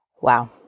Wow